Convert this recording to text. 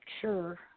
sure